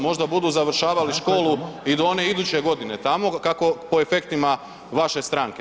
Možda budu završavali školu i do one iduće godine tamo kako po efektima vaše stranke.